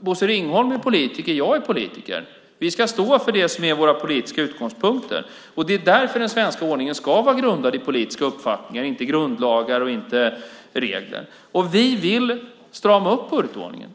Bosse Ringholm är politiker, och jag är politiker. Vi ska stå för det som är våra politiska utgångspunkter. Det är därför den svenska ordningen ska vara grundad i politiska uppfattningar, inte i grundlagar och inte i regler. Vi vill strama upp budgetordningen.